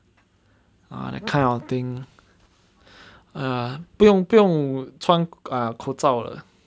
ah that kind of thing ya 不用不用穿 ah 口罩的